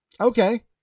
Okay